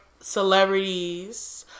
celebrities